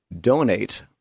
donate